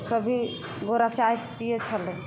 सब गोरा चाइ पिए छलै